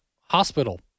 hospital